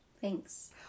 thanks